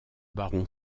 baron